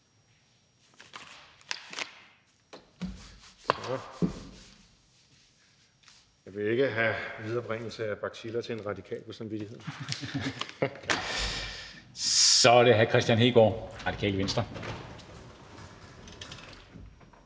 Jeg vil ikke have viderebringelse af baciller til en radikal på samvittigheden). Så er det hr. Kristian Hegaard, Radikale Venstre.